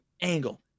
angle